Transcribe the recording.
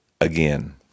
again